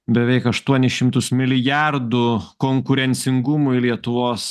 beveik aštuonis šimtus milijardų konkurencingumui lietuvos